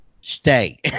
stay